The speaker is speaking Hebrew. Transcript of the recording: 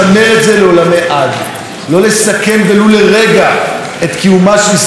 לא לסכן ולו לרגע את קיומה של ישראל כמדינה יהודית ודמוקרטית.